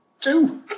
Two